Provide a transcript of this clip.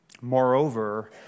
Moreover